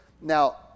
Now